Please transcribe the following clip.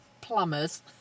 plumbers